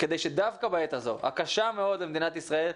כדי שדווקא בעת הזאת, הקשה מאוד למדינת ישראל,